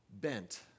bent